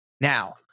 Now